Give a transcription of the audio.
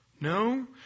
No